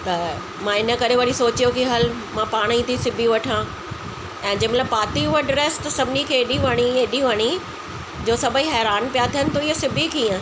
त मां इन करे वरी सोचियो की हल मां पाण ई थी सिबी वठा ऐं जेमहिल पाती हूअ ड्रेस त सभिनी खे बि वणी हेॾी वणी हेॾी वणी जो सभेई हैरान पिया थियनि तूं इहा सिबी कीअं